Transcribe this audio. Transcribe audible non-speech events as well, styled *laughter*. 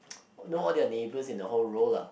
*noise* know all their neighbours in the whole row lah